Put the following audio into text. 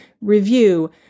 review